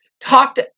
talked